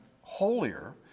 holier